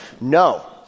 no